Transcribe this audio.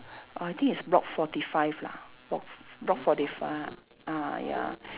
I think it's block forty five lah block block forty five ah ya